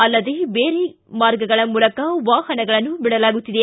ಅಲ್ಲದೆ ದೇರೆ ಮಾರ್ಗಗಳ ಮೂಲಕ ವಾಹನಗಳನ್ನು ಬಿಡಲಾಗುತ್ತಿದೆ